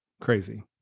crazy